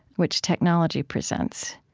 which technology presents.